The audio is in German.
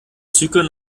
züge